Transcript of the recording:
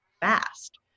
fast